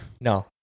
No